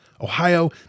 Ohio